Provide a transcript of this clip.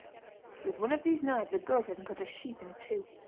with one of these knives a ghourka can cut a sheep in two.